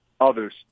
others